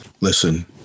listen